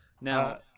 Now